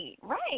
Right